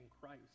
Christ